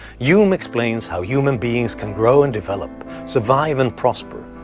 yeah hume explains how human beings can grow and develop, survive and prosper,